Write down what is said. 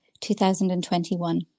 2021